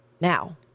now